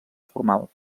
formal